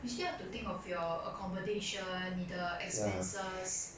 you still have to think of your accommodation 你的 expenses